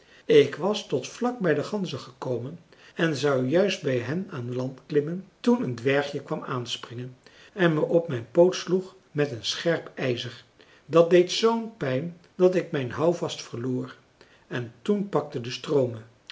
ik was tot vlak bij de ganzen gekomen en zou juist bij hen aan land klimmen toen een dwergje kwam aanspringen en me op mijn poot sloeg met een scherp ijzer dat deed z'n pijn dat ik mijn houvast verloor en toen pakte de stroom